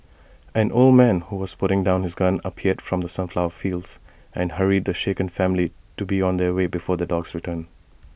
an old man who was putting down his gun appeared from the sunflower fields and hurried the shaken family to be on their way before the dogs return